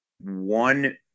one –